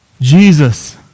Jesus